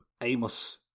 Amos